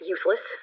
Useless